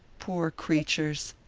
poor creatures!